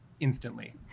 Instantly